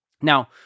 Now